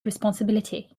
responsibility